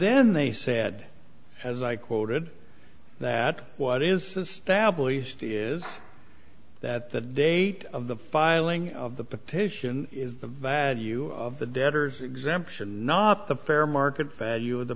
then they said as i quoted that what is stablished is that the date of the filing of the petition is the value of the debtors exemption not the fair market value of the